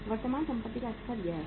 वर्तमान संपत्ति का स्तर यह है